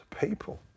people